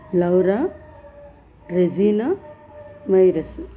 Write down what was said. Laura Regina మైరస్